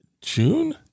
June